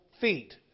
Feet